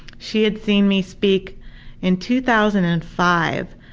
she had seen me speak in two thousand and five,